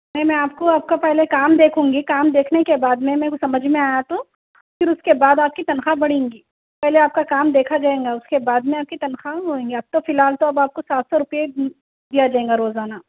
میں میں آپ کو آپ کا پہلے کام دیکھوں گی کام دیکھنے کے بعد میں میرے کو سمجھ میں آ یا تو پھر اس کے بعد آپ کی تنخواہ بڑھیں گی پہلے آپ کا کام دیکھا جائیں گا اس بعدمیں آپ کی تنخواہ ہوئیں گی اب تو فی الحال تو اب آپ کو سات سو روپیہ دیا جائیں گا روزانہ